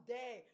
day